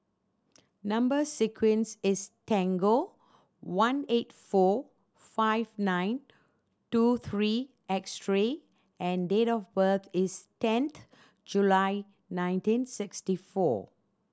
number sequence is tangle one eight four five nine two three X three and date of birth is ten July nineteen sixty four